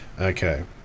Okay